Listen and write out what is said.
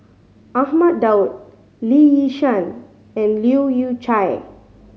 Ahmad Daud Lee Yi Shyan and Leu Yew Chye